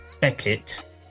Beckett